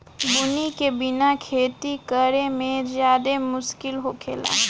बुनी के बिना खेती करेमे ज्यादे मुस्किल होखेला